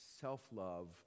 self-love